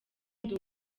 ndi